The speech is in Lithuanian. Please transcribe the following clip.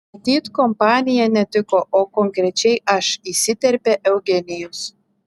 matyt kompanija netiko o konkrečiai aš įsiterpė eugenijus